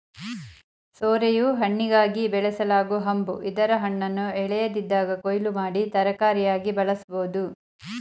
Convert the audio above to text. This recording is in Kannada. ಸೋರೆಯು ಹಣ್ಣಿಗಾಗಿ ಬೆಳೆಸಲಾಗೊ ಹಂಬು ಇದರ ಹಣ್ಣನ್ನು ಎಳೆಯದಿದ್ದಾಗ ಕೊಯ್ಲು ಮಾಡಿ ತರಕಾರಿಯಾಗಿ ಬಳಸ್ಬೋದು